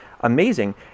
amazing